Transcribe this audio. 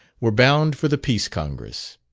were bound for the peace congress.